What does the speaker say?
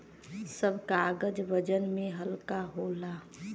सब कागज वजन में हल्का होला